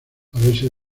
haberse